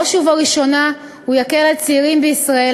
בראש ובראשונה הוא יקל על צעירים בישראל,